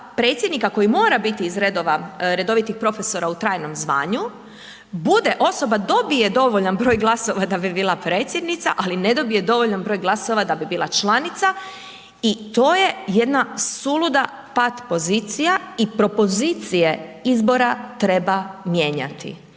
predsjednika koji mora biti iz redova redovitih profesora u trajnom zvanju, bude osoba, dobije dovoljan broj glasova da bi bila predsjednica ali ne dobije dovoljan broj glasova da bi bila članica i to je jedna suluda pat pozicija i propozicije izbora treba mijenjati.